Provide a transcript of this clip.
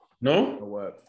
No